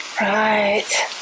Right